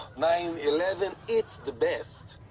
nine eleven it's the best.